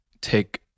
take